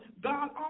God